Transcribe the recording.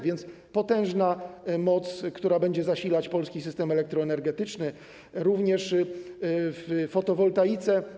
Więc jest to potężna moc, która będzie zasilać polski system elektroenergetyczny również w fotowoltaice.